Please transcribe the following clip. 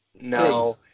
No